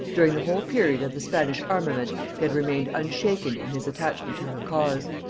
during the whole period of the spanish armament he had remained unshaken in his attachment to her cause,